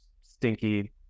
stinky